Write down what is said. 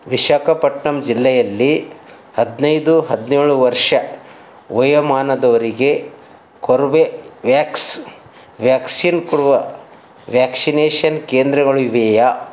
ವಿಶಾಖಪಟ್ಣಂ ಜಿಲ್ಲೆಯಲ್ಲಿ ಹದಿನೈದು ಹದಿನೇಳು ವರ್ಷ ವಯೋಮಾನದವರಿಗೆ ಕೋರ್ಬೆವ್ಯಾಕ್ಸ್ ವ್ಯಾಕ್ಸಿನ್ ಕೊಡುವ ವ್ಯಾಕ್ಸಿನೇಷನ್ ಕೇಂದ್ರಗಳಿವೆಯಾ